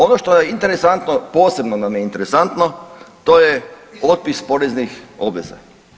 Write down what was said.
Ono što je interesantno, posebno nam je interesantno to je otpis poreznih obveza.